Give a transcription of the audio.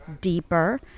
deeper